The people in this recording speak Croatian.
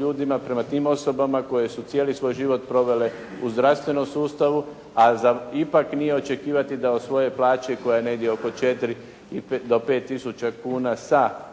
ljudima, prema tim osobama koje su cijeli svoj život provele u zdravstvenom sustavu a za ipak nije očekivati da o svojoj plaći koja je negdje od oko 4 do 5 tisuća kuna sa